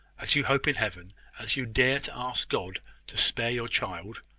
as you hope in heaven as you dare to ask god to spare your child,